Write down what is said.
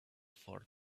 for